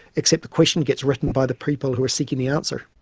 except the question gets written by the people who are seeking the answer.